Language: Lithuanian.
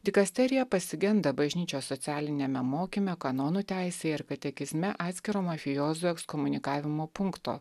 dikasterija pasigenda bažnyčios socialiniame mokyme kanonų teisėje ir katekizme atskiro mafijozo ekskomunikavimo punkto